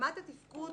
שרמת התפקוד